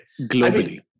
Globally